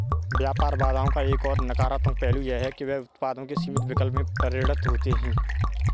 व्यापार बाधाओं का एक और नकारात्मक पहलू यह है कि वे उत्पादों के सीमित विकल्प में परिणत होते है